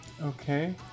Okay